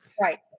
right